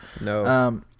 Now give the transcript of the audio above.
No